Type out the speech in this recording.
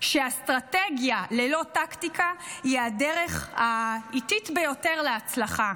שאסטרטגיה ללא טקטיקה היא הדרך האיטית ביותר להצלחה,